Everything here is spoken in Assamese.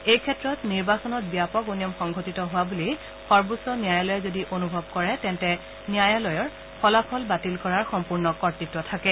এই ক্ষেত্ৰত নিৰ্বাচনত ব্যাপক অনিয়ম সংঘটিত হোৱা বুলি সৰ্বোচ্চ ন্যায়ালয়ে যদি অনূভৱ কৰে তেন্তে ন্যায়ালয়ৰ ফলাফল বাতিল কৰাৰ সম্পূৰ্ণ কৰ্তত্ব থাকে